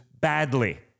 badly